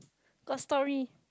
got story